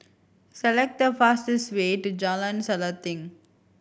select the fastest way to Jalan Selanting